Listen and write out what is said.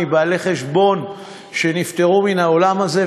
מבעלי חשבון שנפטרו מן העולם הזה,